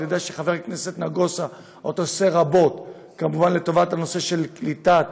אני יודע שחבר הכנסת נגוסה עוד עושה רבות כמובן לטובת הנושא של קליטת